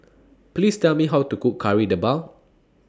Please Tell Me How to Cook Kari Debal